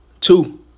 two